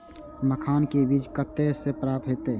मखान के बीज कते से प्राप्त हैते?